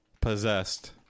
possessed